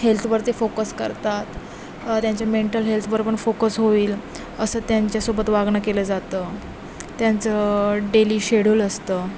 हेल्थवरती focus करतात त्यांचे mental हेल्थवर पण फोकस होईल असं त्यांच्यासोबत वागणं केलं जातं त्यांचं डेली शेड्यूल असतं